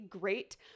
great